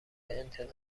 انتظامی